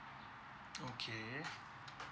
okay